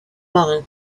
marins